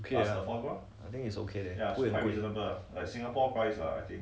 ok eh I think is ok eh 不会贵